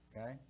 okay